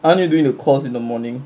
aren't you doing the course in the morning